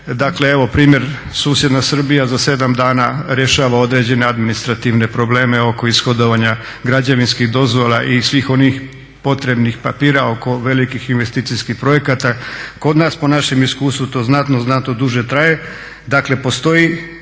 dakle evo primjer susjedna Srbija za 7 dana rješava određene administrativne probleme oko ishodovanja građevinskih dozvola i svih onih potrebnih papira oko velikih investicijskih projekata. Kod nas po našem iskustvu to znatno, znatno duže traje.